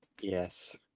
Yes